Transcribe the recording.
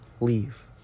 leave